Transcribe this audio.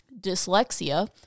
dyslexia